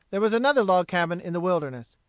there was another log cabin in the wilderness.